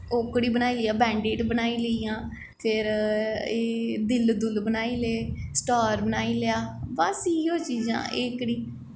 ओह्कड़ी बनाइयै बैंडिड बनाई लेइयां फिर एह् दिल दुल बनाई ले स्टार बनाई लेआ बस इ'यो चीज़ां एह्कड़ी